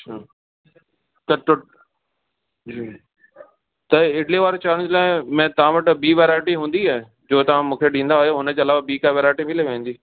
अच्छा त टु जी त इडली वारी चांवरनि लाइ में तव्हां वटां ॿी वैरायटी हूंदी आहे जो तव्हां मूंखे ॾींदा आहियो हुन जे अलावा ॿी का वैरायटी मिली वेंदी